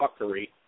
fuckery